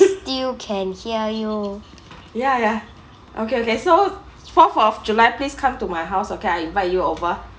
ya ya okay okay so fourth of july please come to my house okay I invite you over